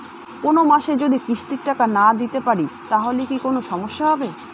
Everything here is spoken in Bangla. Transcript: কোনমাসে যদি কিস্তির টাকা না দিতে পারি তাহলে কি কোন সমস্যা হবে?